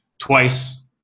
twice